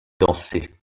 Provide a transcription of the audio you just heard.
danser